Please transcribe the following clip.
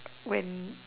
when